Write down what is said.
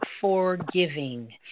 forgiving